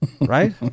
right